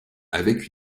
avec